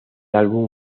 álbum